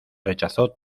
rechazó